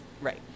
Right